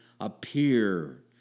appear